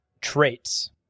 traits